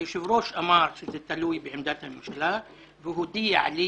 היושב-ראש אמר שזה תלוי בעמדת הממשלה והודיע לי